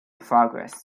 progress